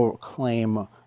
claim